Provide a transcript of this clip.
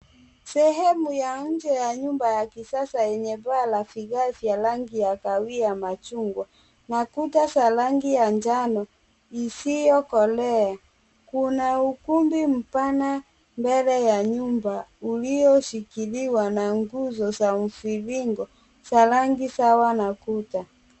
Sehemu ya nje ya nyumba ya kisasa yenye paa la vigae vya rangi ya kahawia ya machungwa, makuta za rangi ya njano isiyokolea, kuna ukumbi mpana mbele ya nyumba ulioshikiliwa na nguzo za mviringo za rangi sawa na kuta.